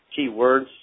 keywords